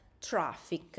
traffic